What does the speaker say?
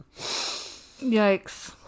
Yikes